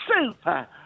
Super